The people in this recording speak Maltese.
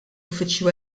uffiċċju